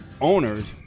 owners